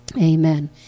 Amen